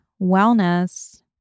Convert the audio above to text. wellness